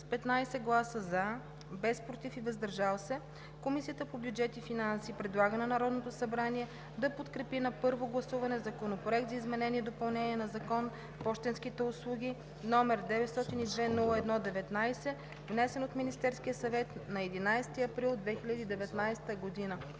15 гласа „за“, без „против“ и „въздържал се“. Комисията по бюджет и финанси предлага на Народното събрание да подкрепи на първо гласуване Законопроект за изменение и допълнение на Закона за пощенските услуги, № 902-01-19, внесен от Министерския съвет на 11 април 2019 г.“